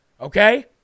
Okay